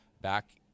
back